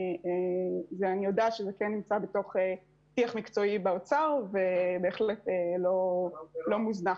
אני יודעת שזה כן נמצא בתוך שיח מקצועי באוצר ובהחלט לא מוזנח.